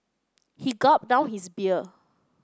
he gulped down his beer